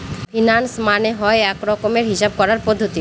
finance মানে হয় এক রকমের হিসাব করার পদ্ধতি